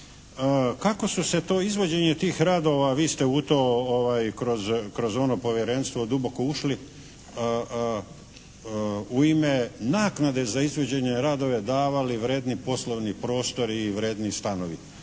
kako su se to izvođenje tih radova, vi ste u to kroz ono povjerenstvo duboko ušli, u ime naknade za izvođenje radova davali vrijedni poslovni prostori i vrijedni stanovi.